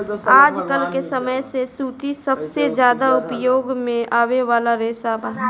आजकल के समय में सूती सबसे ज्यादा उपयोग में आवे वाला रेशा बा